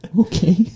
Okay